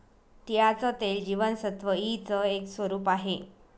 तिळाचं तेल जीवनसत्व ई च एक स्वरूप आहे